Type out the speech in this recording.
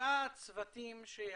שלושה צוותים או